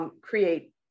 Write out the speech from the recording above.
Create